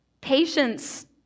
Patience